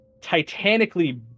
titanically